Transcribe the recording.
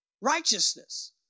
righteousness